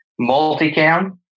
multicam